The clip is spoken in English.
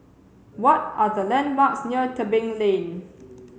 what are the landmarks near Tebing Lane